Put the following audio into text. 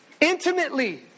intimately